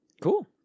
cool